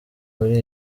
kuri